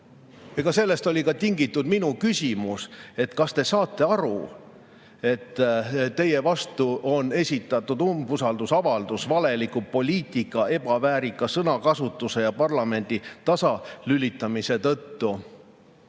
on. Sellest oli tingitud ka minu küsimus, et kas te saate aru, et teie vastu on esitatud umbusaldusavaldus valeliku poliitika, ebaväärika sõnakasutuse ja parlamendi tasalülitamise tõttu.